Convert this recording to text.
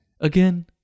Again